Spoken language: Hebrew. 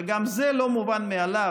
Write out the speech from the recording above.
וגם זה לא מובן מאליו,